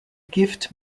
gift